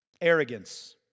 Arrogance